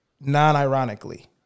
Non-ironically